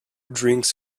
drinks